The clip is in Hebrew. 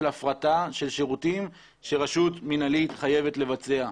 הפרטה של שירותים שרשות מנהלית חייבת לבצע.